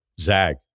Zag